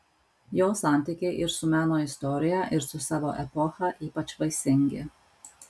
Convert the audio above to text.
jo santykiai ir su meno istorija ir su savo epocha ypač vaisingi